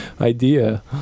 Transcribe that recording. idea